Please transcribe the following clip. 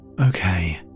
okay